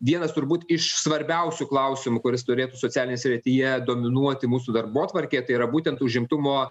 vienas turbūt iš svarbiausių klausimų kuris turėtų socialinėje srityje dominuoti mūsų darbotvarkėje tai yra būtent užimtumo